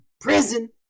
prison